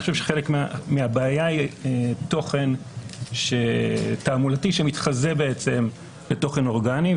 אני חושב שחלק מהבעיה היא תוכן תעמולתי שמתחזה לתוכן אורגני,